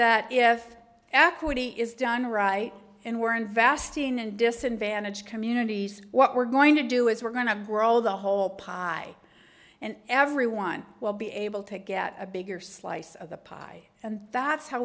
that if equity is done right and we're investing and disadvantaged communities what we're going to do is we're going to grow the whole pie and everyone will be able to get a bigger slice of the pie and that's how